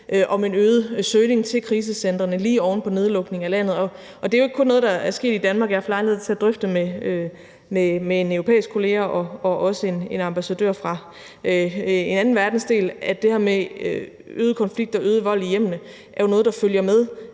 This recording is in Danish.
om en øget søgning til krisecentrene lige ovenpå nedlukningen af landet. Og det er jo ikke kun noget, der er sket i Danmark. Jeg har haft lejlighed til at drøfte det med en europæisk kollega og også en ambassadør fra en anden verdensdel, og det her med øgede konflikter og øget vold i hjemmene er jo noget, der følger med